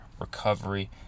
recovery